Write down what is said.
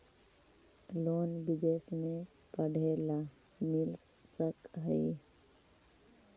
Loan विदेश में पढ़ेला मिल सक हइ?